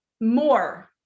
more